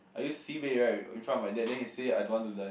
I use sibei right in front of my dad then he say I don't want to die